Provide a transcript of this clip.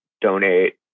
donate